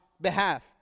behalf